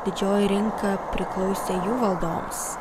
didžioji rinka priklausė jų valdoms